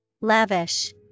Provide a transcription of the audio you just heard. Lavish